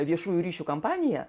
viešųjų ryšių kampanija